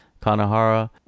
Kanahara